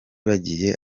bagiye